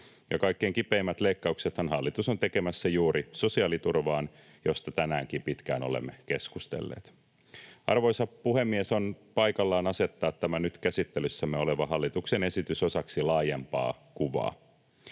kaikkein kipeimmät leikkauksethan hallitus on tekemässä juuri sosiaaliturvaan, josta tänäänkin pitkään olemme keskustelleet. Arvoisa puhemies! On paikallaan asettaa tämä nyt käsittelyssämme oleva hallituksen esitys osaksi laajempaa kuvaa.